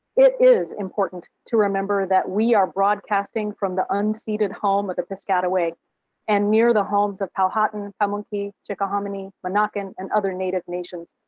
it is important to remember that we are broadcasting from the unseated home of the piscataway and near the homes of powhatan, pamunkey, chickahominy, monacan, and other native nations.